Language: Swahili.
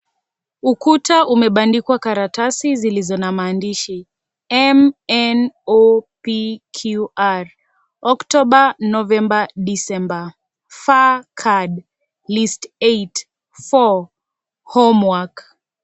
Ukuta umebandikwa karatasi zilizo na maandishi m n o p q r, October, November, December, faakad list 8, 4 homework .